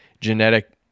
genetic